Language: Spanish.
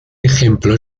ejemplo